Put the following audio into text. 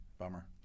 Bummer